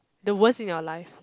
the worst in your life